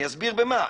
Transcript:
אני אסביר במה,